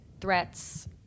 threats